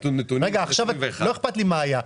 לא אכפת לי מה היה.